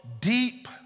deep